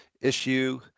issue